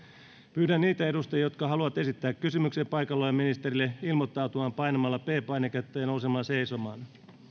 pyydän niitä edustajia jotka haluavat esittää kysymyksen paikalla olevalle ministerille ilmoittautumaan painamalla p painiketta ja nousemalla seisomaan